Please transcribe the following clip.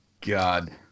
God